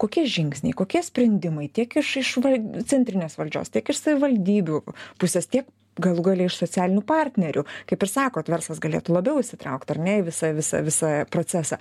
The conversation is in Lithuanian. kokie žingsniai kokie sprendimai tiek iš iš va centrinės valdžios tiek iš savivaldybių pusės tiek galų gale iš socialinių partnerių kaip ir sakot verslas galėtų labiau įsitraukt ar ne į visą visą procesą